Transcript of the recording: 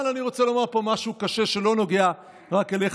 אבל אני רוצה לומר פה משהו קשה שלא נוגע רק אליך,